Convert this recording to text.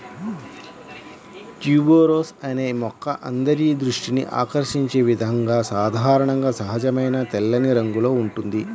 tuberose అనే మొక్క అందరి దృష్టిని ఆకర్షించే విధంగా సాధారణంగా సహజమైన తెల్లని రంగులో ఉంటుంది